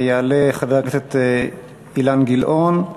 יעלה חבר הכנסת אילן גילאון,